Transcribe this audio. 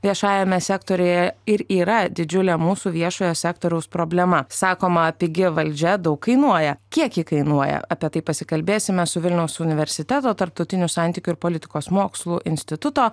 viešajame sektoriuje ir yra didžiulė mūsų viešojo sektoriaus problema sakoma pigi valdžia daug kainuoja kiek ji kainuoja apie tai pasikalbėsime su vilniaus universiteto tarptautinių santykių ir politikos mokslų instituto